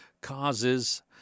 causes